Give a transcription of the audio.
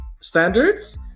standards